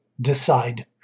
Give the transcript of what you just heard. decide